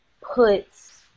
puts